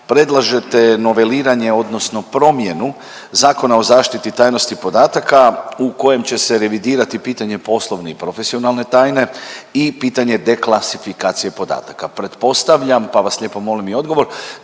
predlažete noveliranje, odnosno promjenu Zakona o zaštiti tajnosti podataka u kojem će se revidirati pitanje poslovne i profesionalne tajne i pitanje deklasifikacije podataka. Pretpostavljam pa vas lijepo molim i odgovor